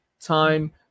Time